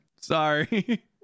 Sorry